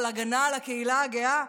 על הגנה על הקהילה הגאה,